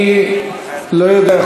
אני לא יודע.